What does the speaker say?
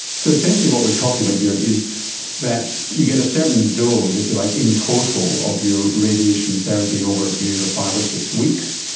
so essentially what we are talking about here is that you get a certain dose, if you like, in total of your radiation therapy over a period of five or six weeks,